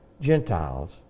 Gentiles